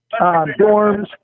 dorms